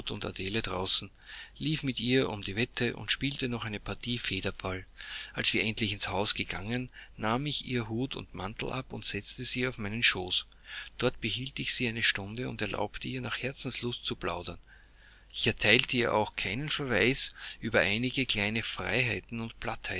adele draußen lief mit ihr um die wette und spielte noch eine partie federball als wir endlich ins haus gegangen nahm ich ihr hut und mantel ab und setzte sie auf meinen schoß dort behielt ich sie eine stunde und erlaubte ihr nach herzenslust zu plaudern ich erteilte ihr auch keinen verweis über einige kleine freiheiten und